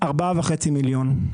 4.5 מיליון.